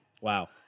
Wow